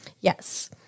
Yes